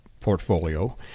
portfolio